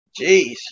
Jeez